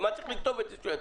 למה צריך לכתוב שהוא יציג?